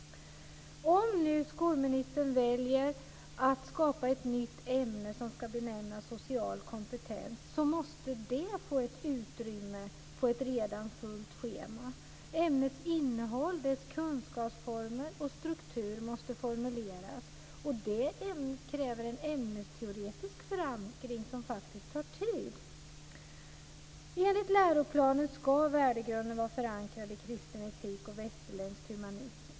Om nu skolministern väljer att skapa ett nytt ämne som ska benämnas social kompetens måste det få ett utrymme på ett redan fullt schema. Ämnets innehåll, dess kunskapsformer och dess struktur måste formuleras. Det kräver en ämnesteoretisk förankring som faktiskt tar tid. Enligt läroplanen ska värdegrunden vara förankrad i kristen etik och västerländsk humanism.